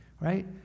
right